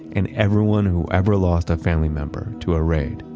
and everyone who ever lost a family member to a raid.